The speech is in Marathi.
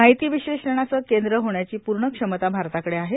माहिती विश्लेषणाचं केंद्र होण्याची पूर्ण क्षमता भारताकडे आहे